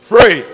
Pray